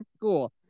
Cool